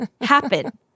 happen